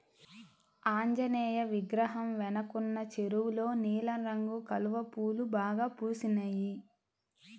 ఆంజనేయ విగ్రహం వెనకున్న చెరువులో నీలం రంగు కలువ పూలు బాగా పూసినియ్